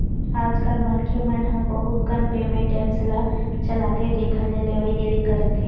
आजकल मनखे मन ह बहुत कन पेमेंट ऐप्स ल चलाथे जेखर ले लेवइ देवइ करत हे